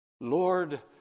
Lord